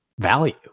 value